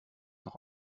noch